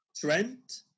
Trent